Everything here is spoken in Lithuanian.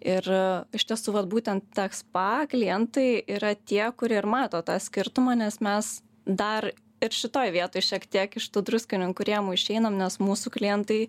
ir iš tiesų vat būtent tech spa klientai yra tie kurie ir mato tą skirtumą nes mes dar ir šitoj vietoj šiek tiek iš tų druskininkų rėmų išeinam nes mūsų klientai